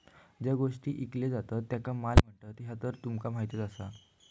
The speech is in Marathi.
ज्यो गोष्टी ईकले जातत त्येंका माल म्हणतत, ह्या तर तुका माहीतच आसा